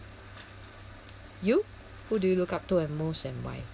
you who do you look up to and most and why